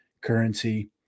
currency